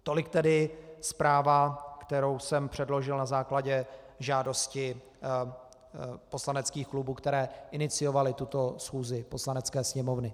Tolik tedy zpráva, kterou jsem předložil na základě žádosti poslaneckých klubů, které iniciovaly tuto schůzi Poslanecké sněmovny.